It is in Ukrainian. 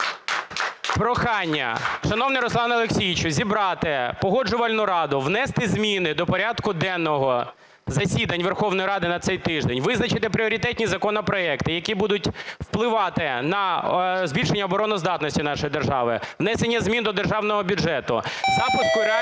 Прохання, шановний Руслане Олексійовичу, зібрати Погоджувальну раду, внести зміни до порядку денного засідань Верховної Ради на цей тиждень, визначити пріоритетні законопроекти, які будуть впливати на збільшення обороноздатності нашої держави, внесення змін до державного бюджету, запуску реальної роботи